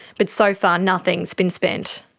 but so far nothing's been spent.